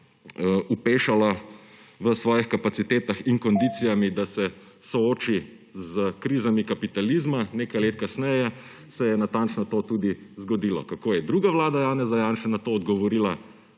opešala v svojih kapacitetah in kondicijami, da se sooči z krizami kapitalizma. Nekaj let kasneje se je natančno to tudi zgodilo. Kako je druga vlada Janeza Janše na to odgovorila?